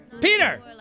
Peter